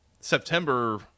September